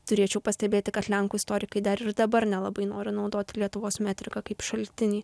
turėčiau pastebėti kad lenkų istorikai dar ir dabar nelabai nori naudoti lietuvos metriką kaip šaltinį